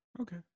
Okay